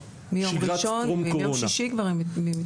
מיום שישי כבר.